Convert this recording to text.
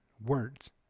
words